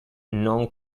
non